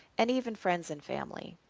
and even friends and family.